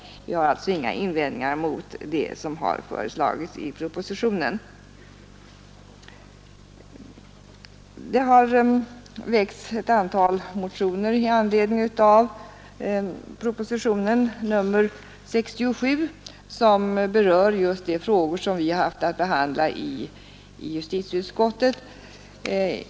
Vi har alltså inga invändningar mot det som har föreslagits i propositionen. Det har väckts ett antal motioner med anledning av propositionen 67 som berör just de frågor som vi har haft att behandla i justitieutskottet.